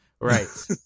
Right